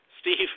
Steve